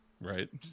Right